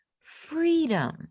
freedom